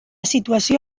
situació